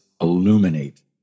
illuminate